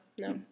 No